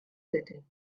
setting